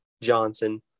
Johnson